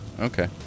Okay